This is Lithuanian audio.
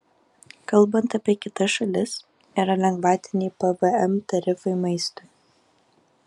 kalbant apie kitas šalis yra lengvatiniai pvm tarifai maistui